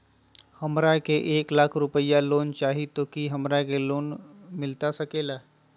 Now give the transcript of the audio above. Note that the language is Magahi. हमरा के एक लाख रुपए लोन चाही तो की हमरा के लोन मिलता सकेला?